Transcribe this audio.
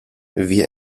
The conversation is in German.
wir